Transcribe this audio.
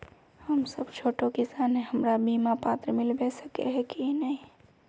हम सब छोटो किसान है हमरा बिमा पात्र मिलबे सके है की?